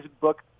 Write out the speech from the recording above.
book